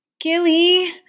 Gilly